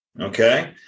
Okay